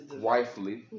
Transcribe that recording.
wifely